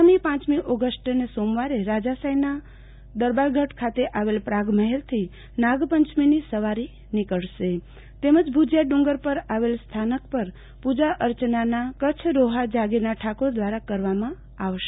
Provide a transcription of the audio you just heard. આગામી પાંચમી ઓગષ્ટને સોમવારે રાજાશાહીના દરબારગઢ ખાતે આવેલ પ્રાગમહેલથી નાગપંયમીની સવારી નીકળશે તેમજ ભુજિયા ડુંગર પર આવેલ સ્થાનક પર પુજા અર્ચનાના કચ્છ રોહા જાગીરના ઠાકોર દ્રારા કરવામાં આવશે